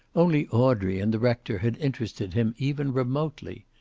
only audrey and the rector had interested him even remotely.